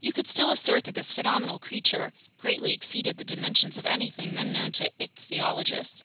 you could still assert that this phenomenal creature greatly exceeded the dimensions of anything then known to ichthyologists,